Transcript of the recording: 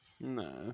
No